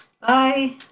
Bye